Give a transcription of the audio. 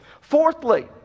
Fourthly